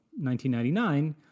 1999